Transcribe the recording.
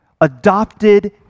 Adopted